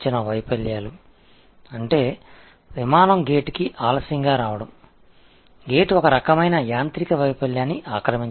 அதாவது வாயிலுக்கு விமானம் தாமதமாக வந்ததும் கேட் ஒருவித இயந்திரக் கோளாறால் ஆக்கிரமிக்கப்பட்டது